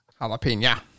Jalapeno